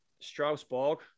Strauss-Borg